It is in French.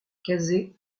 casey